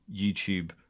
youtube